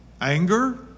Anger